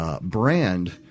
brand